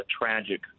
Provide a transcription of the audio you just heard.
tragic